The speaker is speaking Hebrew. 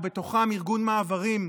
ובתוכם ארגון מעברים,